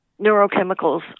neurochemicals